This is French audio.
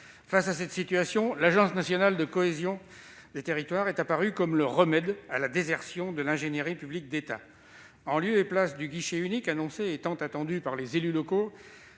Face à cette situation, l'Agence nationale de la cohésion des territoires est apparue comme le remède à la désertion de l'ingénierie publique d'État. En lieu et place du guichet unique annoncé et tant attendu par les élus locaux,